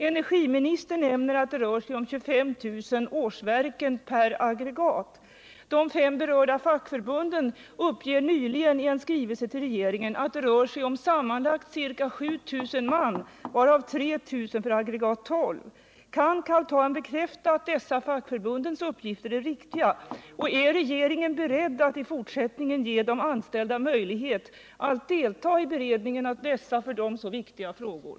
Energiministern nämner att det rör sig om 25 000 årsverken per aggregat. De fem berörda fackförbunden uppgav nyligen i en skrivelse till regeringen att det rör sig om sammanlagt ca 7 000 man, varav 3 000 man för aggregat 12. Kan Carl Tham bekräfta att dessa fackförbundens uppgifter är riktiga, och är regeringen beredd att i fortsättningen ge de anställda möjlighet att delta i beredningen av dessa för dem så viktiga frågor?